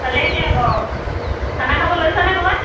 পালেহি আকৌ খানা খাব লৈছানে ক'বাত